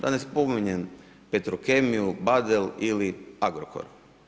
Da ne spominjem Petrokemiju, Badel ili Agrokor.